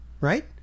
right